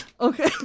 Okay